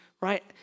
Right